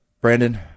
brandon